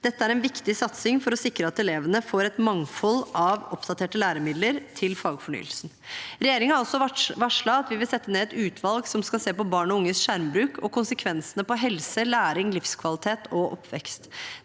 Dette er en viktig satsing for å sikre at elevene får et mangfold av oppdaterte læremidler til fagfornyelsen. Regjeringen har også varslet at den vil sette ned et utvalg som skal se på barn og unges skjermbruk og konsekvensene for helse, læring, livskvalitet og oppvekst.